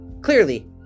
Clearly